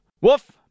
Woof